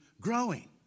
growing